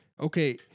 okay